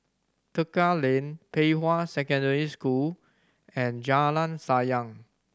Tekka Lane Pei Hwa Secondary School and Jalan Sayang